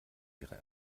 ihre